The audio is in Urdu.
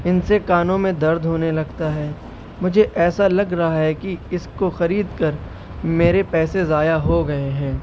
ان سے کانوں میں درد ہونے لگتا ہے مجھے ایسا لگ رہا ہے کہ اس کو خرید کر میرے پیسے ضائع ہو گئے ہیں